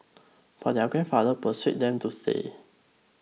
but their grandfather persuaded them to stay